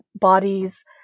bodies